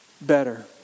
better